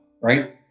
right